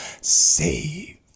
Save